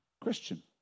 Christian